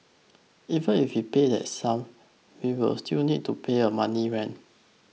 even if we pay that sum we will still need to pay a monthly rent